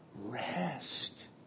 rest